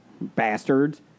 Bastards